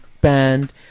band